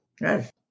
Yes